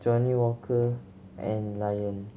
Johnnie Walker and Lion